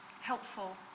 helpful